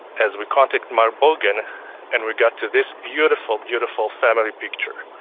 as we contact marv bogan and we got to this beautiful, beautiful family picture.